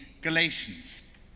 Galatians